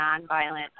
nonviolent